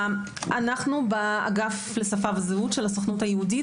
אנו באגף לשפה וזהות של הסוכנות היהודית